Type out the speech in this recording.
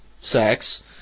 sex